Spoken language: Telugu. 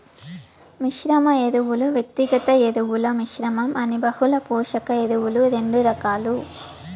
మిశ్రమ ఎరువులు, వ్యక్తిగత ఎరువుల మిశ్రమం అని బహుళ పోషక ఎరువులు రెండు రకాలు